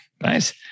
Nice